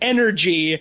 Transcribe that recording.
Energy